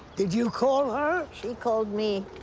did you call her? she called me.